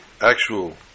actual